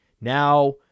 Now